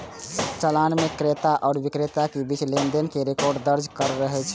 चालान मे क्रेता आ बिक्रेता के बीच लेनदेन के रिकॉर्ड दर्ज रहै छै